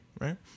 Right